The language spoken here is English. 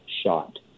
shot